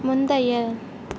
முந்தைய